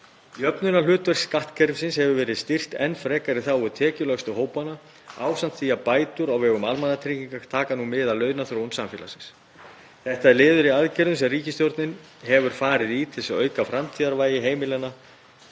Jöfnunarhlutverk skattkerfisins hefur verið styrkt enn frekar í þágu tekjulægstu hópanna ásamt því að bætur á vegum almannatrygginga taka nú mið af launaþróun samfélagsins. Þetta er liður í aðgerðum sem ríkisstjórnin hefur farið í til þess að auka framtíðarvægi heimilanna